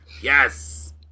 yes